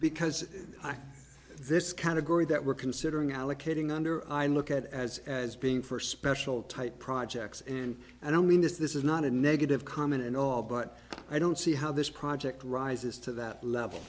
because this category that we're considering allocating under i look at as as being for special type projects and i don't mean this this is not a negative comment at all but i don't see how this project rises to that level